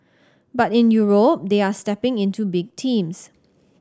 but in Europe they are stepping into big teams